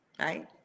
right